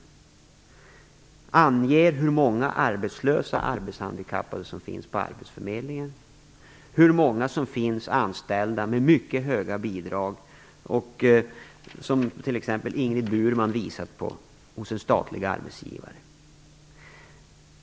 Hon anger hur många arbetslösa arbetshandikappade som finns på arbetsförmedlingen, hur många som finns anställda med mycket höga bidrag och, som t.ex. Ingrid Burman visat på, hos en statlig arbetsgivare.